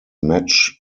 match